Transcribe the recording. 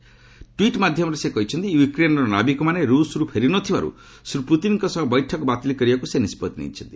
Shri tweet ମାଧ୍ୟମରେ କହିଛନ୍ତି ୟୁକ୍ରେନ୍ର ନାବିକମାନେ ରୁଷରୁ ଫେରିନଥିବାରୁ ଶ୍ରୀ ପ୍ରତିନ୍ଙ୍କ ସହ ବୈଠକ ବାତିଲ କରିବାକୁ ସେ ନିଷ୍ପଭି ନେଇଛନ୍ତି